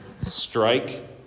strike